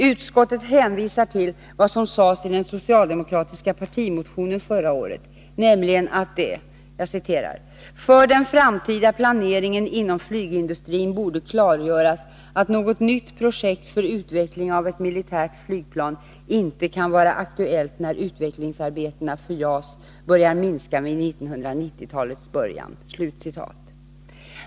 Utskottet hänvisar till vad som sades i den socialdemokratiska partimotionen förra året, nämligen att det ”för den framtida planeringen inom flygindustrin borde klargöras att något nytt projekt för utveckling av ett militärt flygplan inte kan vara aktuellt när utvecklingsarbetena för JAS börjar minska vid 1990-talets början”.